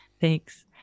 Thanks